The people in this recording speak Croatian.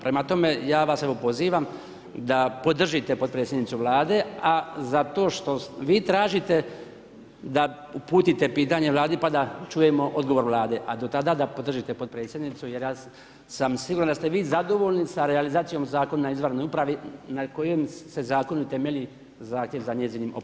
Prema tome, ja vas evo pozivam da podržite potpredsjednicu Vlade, a za to što vi tražite da uputite pitanje Vladi pa da čujemo odgovor Vlade, a do tada da podržite potpredsjednicu jer ja sam siguran da ste vi zadovoljni sa realizacijom Zakona o izvanrednoj upravi na kojem se zakonu temelji zahtjev za njezinim opozivom.